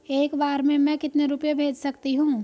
एक बार में मैं कितने रुपये भेज सकती हूँ?